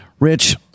Rich